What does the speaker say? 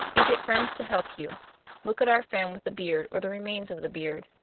you get friends to help you look at our friend with the beard, or the remains of the beard.